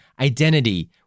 identity